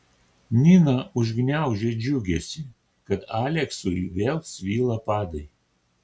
nina užgniaužė džiugesį kad aleksui vėl svyla padai